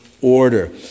order